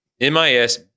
M-I-S